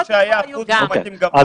גם.